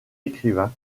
écrivains